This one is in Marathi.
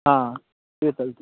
हां ते चालतं आहे